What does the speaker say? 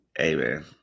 Amen